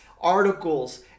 articles